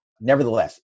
Nevertheless